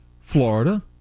Florida